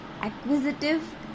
acquisitive